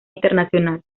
internacional